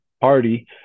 Party